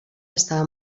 estava